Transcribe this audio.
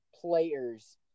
players –